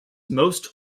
most